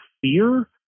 fear